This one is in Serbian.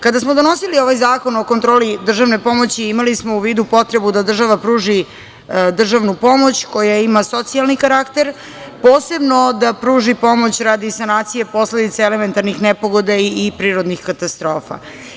Kada smo donosili ovaj Zakon o kontroli državne pomoći imali smo u vidu potrebu da država pruži državnu pomoć koja ima socijalni karakter, posebno da pruži pomoć radi sanacije posledica elementarnih nepogoda i prirodnih katastrofa.